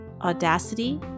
audacity